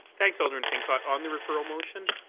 thanks, alderman pincott. on the referral motion,